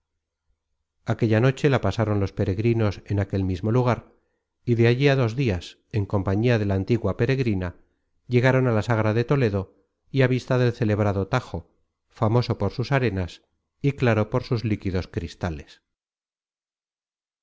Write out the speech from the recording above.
aquella noche la pasaron los peregrinos en aquel mismo lugar y de allí á dos dias en compañía de la antigua peregrina llegaron a la sagra de toledo y á vista del celebrado tajo famoso por sus arenas y claro por sus líquidos cristales